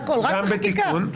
רק בחקיקה.